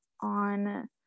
on